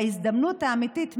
ההזדמנות האמיתית,